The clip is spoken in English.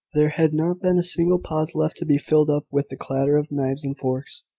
there had not been a single pause left to be filled up with the clatter of knives and forks.